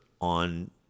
on